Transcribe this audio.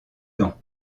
gants